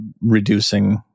reducing